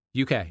UK